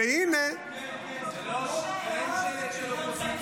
והינה ------ שלט של אופוזיציה.